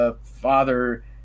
Father